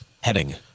Heading